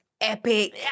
epic